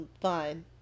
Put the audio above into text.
fine